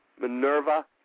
Minerva